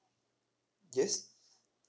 yes